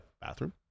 Bathroom